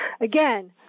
Again